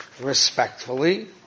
respectfully